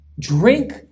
Drink